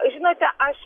žinote aš